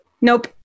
nope